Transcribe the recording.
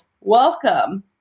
Welcome